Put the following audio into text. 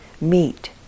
meet